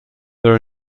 there